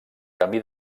camí